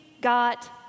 got